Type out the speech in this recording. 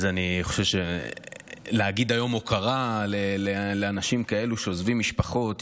אני חושב שלהגיד היום הוקרה לאנשים כאלו שעוזבים משפחות,